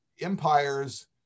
empires